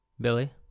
Billy